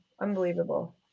Unbelievable